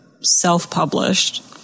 self-published